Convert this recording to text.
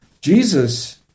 Jesus